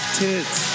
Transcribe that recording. tits